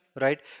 right